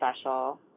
special